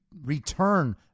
return